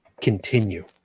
continue